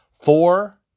four